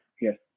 yes